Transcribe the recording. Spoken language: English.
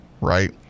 right